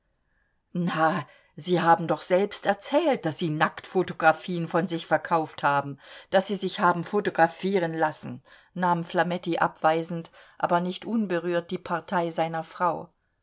na sie haben doch selbst erzählt daß sie nacktphotographien von sich verkauft haben daß sie sich haben photographieren lassen nahm flametti abweisend aber nicht unberührt die partei seiner frau